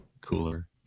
cooler